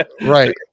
Right